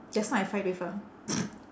just now I fight with her